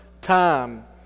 time